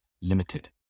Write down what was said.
limited